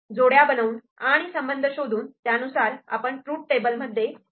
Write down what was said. जोड्या बनवून आणि संबंध शोधून त्यानुसार आपण ट्रूथ टेबल मध्ये लिहू शकतो